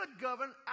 govern